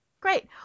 Great